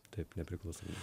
taip nepriklausomai